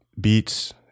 beats